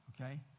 okay